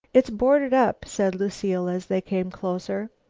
it's boarded up, said lucile, as they came closer.